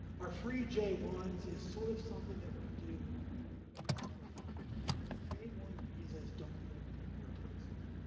our free j one is sort of something that we do and we offer free placement j one visas don't really pick their placement.